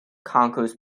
conquers